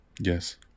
yes